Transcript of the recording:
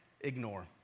ignore